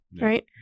right